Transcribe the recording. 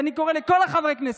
ואני קורא לכל חברי הכנסת,